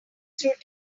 through